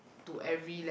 to every le~